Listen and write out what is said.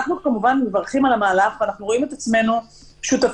אנחנו כמובן מברכים על המהלך ואנחנו רואים את עצמנו שותפים